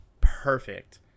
perfect